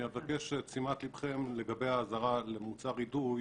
אני אבקש את שימת ליבכם לגבי האזהרה למוצר אידוי,